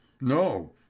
No